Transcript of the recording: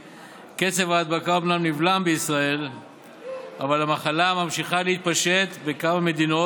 "כי אל אשר תלכי אלך ובאשר תליני אלין עמך עמי ואלהיך אלהי" בא ללמד אותנו